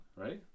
right